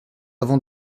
avant